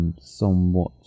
somewhat